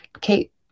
Kate